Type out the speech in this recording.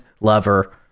lover